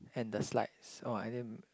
and the slides oh I didn't